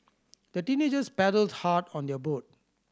the teenagers paddled hard on their boat